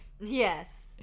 Yes